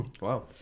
Wow